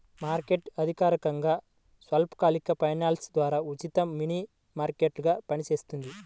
market అధికారికంగా స్వల్పకాలిక finance ద్వారా ఉచిత మనీ మార్కెట్గా పనిచేస్తుంది